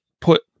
put